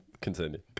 Continue